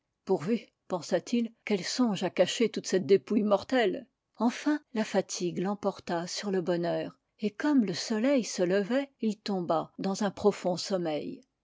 pourvu pensa-t-il qu'elle songe à cacher toute cette dépouillé mortelle enfin la fatigue l'emporta sur le bonheur et comme le soleil se levait il tomba dans un profond sommeil